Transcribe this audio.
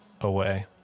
away